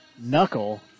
knuckle